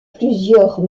plusieurs